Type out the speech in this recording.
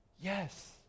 Yes